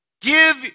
Give